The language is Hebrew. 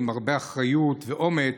עם הרבה אחריות ואומץ,